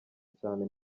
cyane